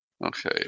Okay